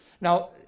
now